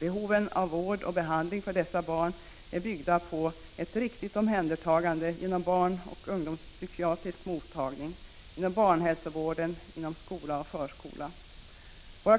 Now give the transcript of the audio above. Behoven av vård och behandling för dessa barn omfattar ett riktigt omhändertagande inom barnoch ungdomspsykiatrisk mottagning, inom barnhälsovård och inom skola och förskola.